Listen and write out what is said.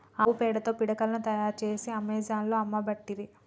ఆవు పేడతో పిడికలను తాయారు చేసి అమెజాన్లో అమ్మబట్టిరి